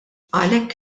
għalhekk